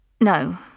No